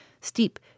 steep